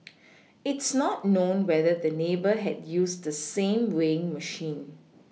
it's not known whether the neighbour had used the same weighing machine